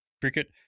cricket